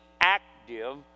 active